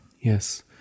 Yes